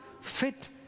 fit